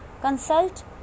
Consult